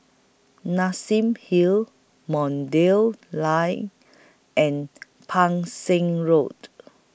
Nassim Hill Line and Pang Seng Road